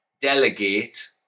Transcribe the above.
delegate